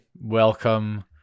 welcome